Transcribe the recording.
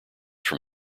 from